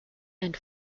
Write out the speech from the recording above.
and